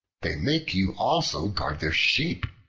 they make you also guard their sheep,